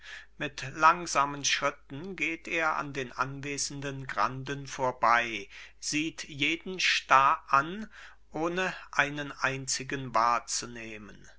mit langsamen schritten geht er an den anwesenden granden vorbei sieht jeden starr an ohne einen einzigen wahrzunehmen